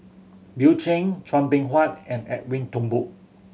Bill Chen Chua Beng Huat and Edwin Thumboo